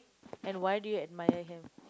and why do you admire him